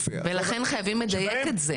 לכן חייבים לדייק את זה.